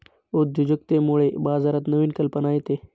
उद्योजकतेमुळे बाजारात नवीन कल्पना येते